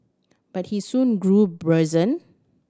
but he soon grew brazen